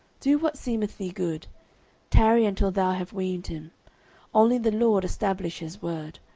do what seemeth thee good tarry until thou have weaned him only the lord establish his word.